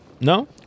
No